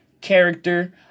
character